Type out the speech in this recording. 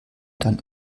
dann